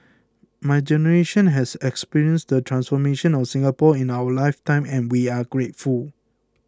my generation has experienced the transformation of Singapore in our life time and we are grateful